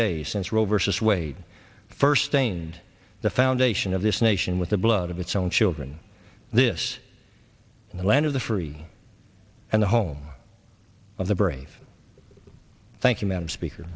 days since roe versus wade first gained the foundation of this nation with the blood of its own children this in the land of the free and the home of the brave thank you madam speaker